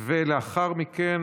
(ביצוע פעולות בבית החולה),